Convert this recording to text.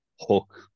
Hook